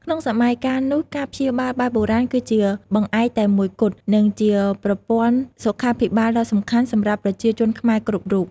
ក្នុងសម័យកាលនោះ ការព្យាបាលបែបបុរាណ គឺជាបង្អែកតែមួយគត់ និងជាប្រព័ន្ធសុខាភិបាលដ៏សំខាន់សម្រាប់ប្រជាជនខ្មែរគ្រប់រូប។